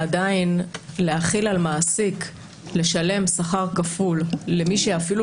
עדיין להחיל על מעסיק לשלם שכר כפול למי שאפילו